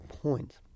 points